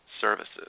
services